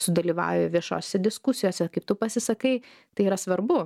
sudalyvauji viešose diskusijose kaip tu pasisakai tai yra svarbu